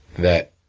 that,